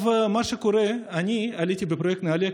אני עליתי בפרויקט נעל"ה,